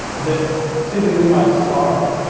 that simply we might sorrow